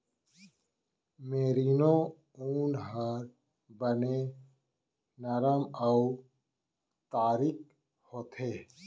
merino ऊन ह बने नरम अउ तारीक होथे